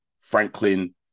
Franklin